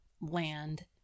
land